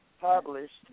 published